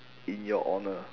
in your honour